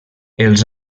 els